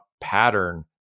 pattern